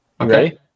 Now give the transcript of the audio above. Okay